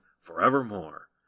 forevermore